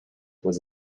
was